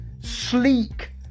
sleek